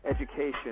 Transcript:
education